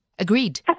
Agreed